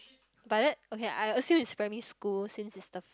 by that okay I assume is primary school since is the